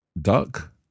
Duck